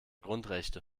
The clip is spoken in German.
grundrechte